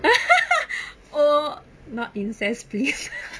oh not incest please